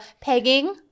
Pegging